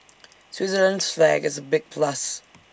Switzerland's flag is A big plus